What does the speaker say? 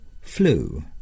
flu